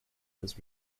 was